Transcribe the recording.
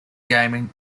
gaming